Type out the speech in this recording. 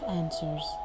answers